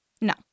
No